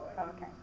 Okay